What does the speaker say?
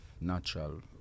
natural